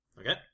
Okay